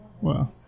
Wow